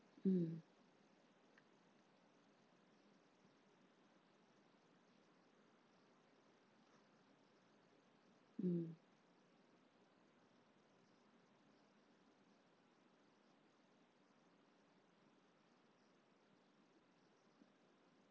mm mm